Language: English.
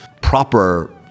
proper